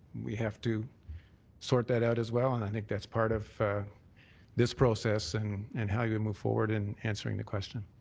we have to sort that out as well, and i think that's part of this process and and how you move forward in answering the question.